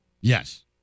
Yes